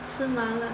吃麻辣